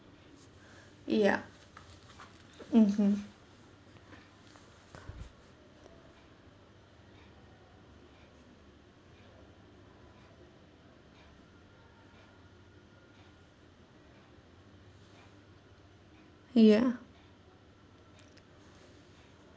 ya mmhmm ya